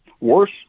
Worse